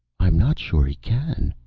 i'm not sure he can.